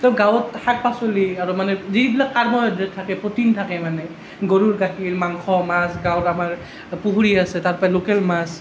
ত' গাঁৱত শাক পাচলি আৰু মানে যিবিলাক কাৰ্বহাইড্ৰেট থাকে প্ৰ'টিন থাকে মানে গৰুৰ গাখীৰ মাংস মাছ গাঁৱত আমাৰ পুখুৰী আছে তাৰ পৰা লোকেল মাছ